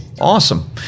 Awesome